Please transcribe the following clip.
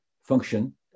function